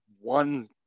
one